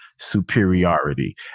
superiority